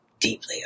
deeply